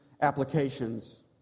applications